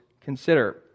consider